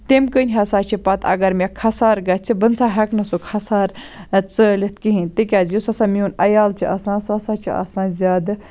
تمہِ کنۍ ہَسا چھِ پَتہٕ اَگَر مےٚ خَسار گَژھِ بٕہٕ نہ سا ہیٚکہٕ نہٕ سُہ خَسار ژٲلِتھ کِہِیٖنۍ تکیاز یُس ہَسا میون عَیال چھُ آسان سُہ ہَسا چھُ آسان زیادٕ